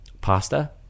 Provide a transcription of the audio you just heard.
Pasta